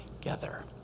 together